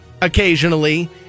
occasionally